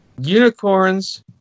unicorns